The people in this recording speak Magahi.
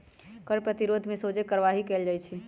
कर प्रतिरोध में सोझे कार्यवाही कएल जाइ छइ